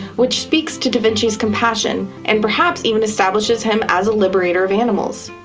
which speaks to da vinci's compassion and perhaps even establishes him as a liberator of animals.